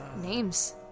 names